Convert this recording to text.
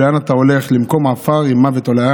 ולאן אתה הולך, למקום עפר, רימה ותולעה.